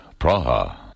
Praha